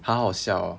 好好笑 orh